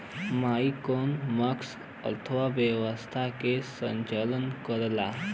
macroeconomics अर्थव्यवस्था क संचालन करला